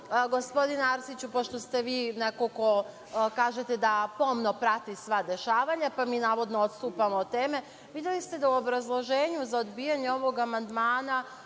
gospodine Arsiću, pošto ste vi neko ko, kažete, da pomno prati sva dešavanja, pa mi navodno odstupamo od teme, videli ste da u obrazloženju za odbijanje ovog amandmana